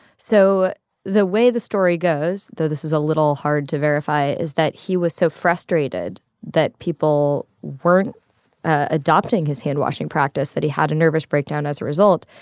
so the way the story goes though this is a little hard to verify is that he was so frustrated that people weren't adopting his handwashing practice that he had a nervous breakdown as a result.